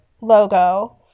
logo